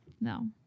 No